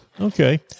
okay